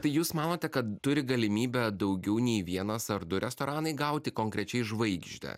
tai jūs manote kad turi galimybę daugiau nei vienas ar du restoranai gauti konkrečiai žvaigždę